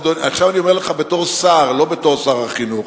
עכשיו אני אומר, לך בתור שר, לא בתור שר החינוך.